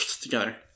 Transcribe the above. together